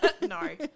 No